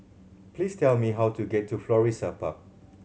please tell me how to get to Florissa Park